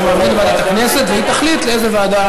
לוועדה